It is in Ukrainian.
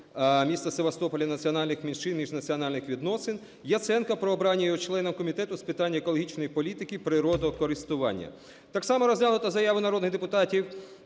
міста Севастополя, національних меншин і міжнаціональних відносин; Яценка – про обрання його членом Комітету з питань екологічної політики та природокористування. Так само розглянуто заяви народних депутатів